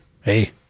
hey